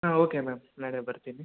ಹಾಂ okay ma'am ನಾಳೆ ಬರ್ತೀನಿ